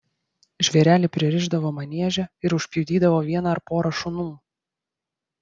žvėrelį pririšdavo manieže ir užpjudydavo vieną ar porą šunų